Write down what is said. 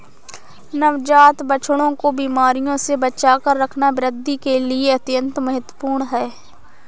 नवजात बछड़ों को बीमारियों से बचाकर रखना वृद्धि के लिए अत्यंत महत्वपूर्ण है